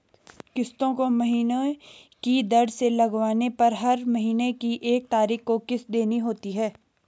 किस्तों को महीने की दर से लगवाने पर हर महीने की एक तारीख को किस्त देनी होती है